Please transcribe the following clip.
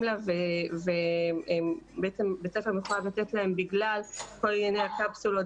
לה ובעצם בית ספר מחויב לתת להם בגלל כל ענייני הקפסולות